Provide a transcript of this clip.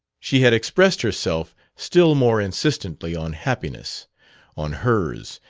she had expressed herself still more insistently on happiness on hers,